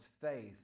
faith